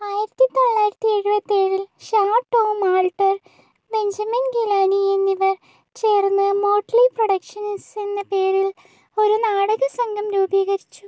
ആയിരത്തി തൊള്ളായിരത്തി എഴുപത്തേഴിൽ Shah Tom Alter Benjamin Gilani എന്നിവർ ചേർന്ന് മോട്ട്ലി പ്രൊഡക്ഷൻസ് എന്ന പേരിൽ ഒരു നാടക സംഘം രൂപീകരിച്ചു